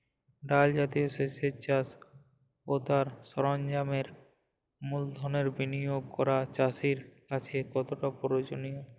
ডাল জাতীয় শস্যের চাষ ও তার সরঞ্জামের মূলধনের বিনিয়োগ করা চাষীর কাছে কতটা প্রয়োজনীয়?